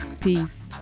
peace